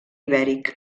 ibèric